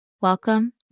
Welcome